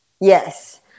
Yes